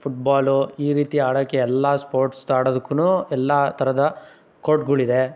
football ಈ ರೀತಿ ಆಡೋಕ್ಕೆ ಎಲ್ಲ ಸ್ಪೋರ್ಟ್ಸ್ದು ಆಡೋದುಕ್ಕು ಎಲ್ಲ ಥರದ ಕೋರ್ಟ್ಗಳಿದೆ